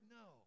no